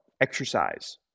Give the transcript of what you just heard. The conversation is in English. exercise